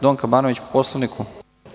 Donka Banović, po Poslovniku.